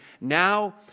Now